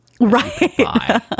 Right